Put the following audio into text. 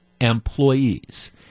employees